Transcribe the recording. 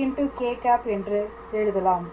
yĵ zk̂ என்று எழுதலாம்